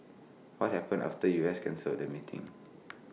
what happened after U S cancelled the meeting